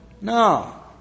No